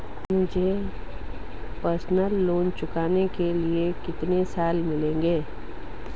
मुझे personal loan चुकाने के लिए कितने साल मिलेंगे?